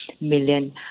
million